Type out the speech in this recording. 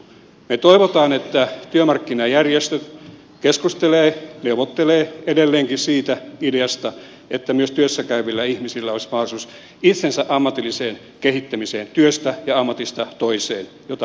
me toivomme että työmarkkinajärjestöt keskustelevat neuvottelevat edelleenkin siitä ideasta että myös työssä käyvillä ihmisillä olisi mahdollisuus itsensä ammatilliseen kehittämiseen työstä ja ammatista toiseen millaista muutosta tarvitaan